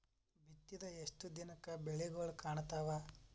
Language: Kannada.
ಬಿತ್ತಿದ ಎಷ್ಟು ದಿನಕ ಬೆಳಿಗೋಳ ಕಾಣತಾವ?